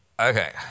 Okay